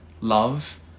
love